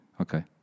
okay